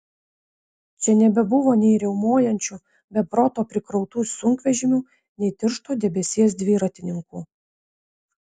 čia nebebuvo nei riaumojančių be proto prikrautų sunkvežimių nei tiršto debesies dviratininkų